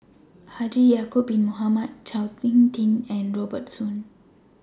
Haji Ya'Acob Bin Mohamed Chao Hick Tin and Robert Soon